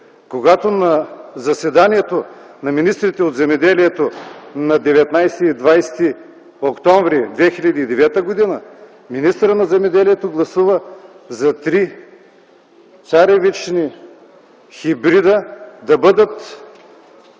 когато на заседанието на министрите на земеделието на 19 и 20 октомври 2009 г. министърът на земеделието гласува за три царевични хибрида да бъдат